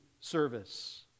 service